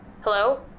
Hello